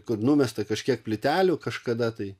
kur numesta kažkiek plytelių kažkada tai